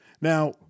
now